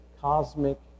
cosmic